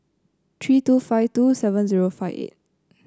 three two five two seven zero five eight